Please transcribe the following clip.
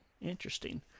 Interesting